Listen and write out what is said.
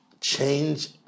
change